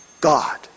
God